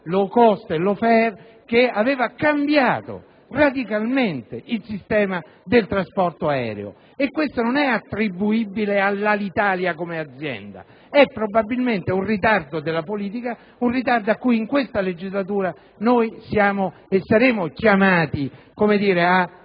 che aveva cambiato radicalmente il sistema del trasporto aereo. Tutto ciò non è attribuibile all'Alitalia come azienda, ma è probabilmente un ritardo della politica a cui in questa legislatura siamo e saremo chiamati a